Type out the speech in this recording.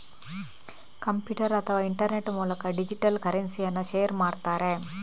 computer ಅಥವಾ internet ಮೂಲಕ digital ಕರೆನ್ಸಿಯನ್ನ ಶೇರ್ ಮಾಡ್ತಾರೆ